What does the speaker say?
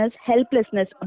helplessness